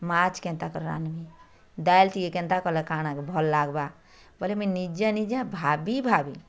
ମାଛ୍ କେନ୍ତା କରି ରାନ୍ଧ୍ମି ଡ଼ାଲ୍ଟିଏ କେନ୍ତା କଲେ କାଣା ଭଲ୍ ଲାଗ୍ବା ବୋଲେ ମୁଇଁ ନିଜେ ନଜେ ଭାବି ଭାବି